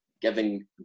giving